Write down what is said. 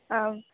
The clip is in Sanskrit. आम्